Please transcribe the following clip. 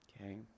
okay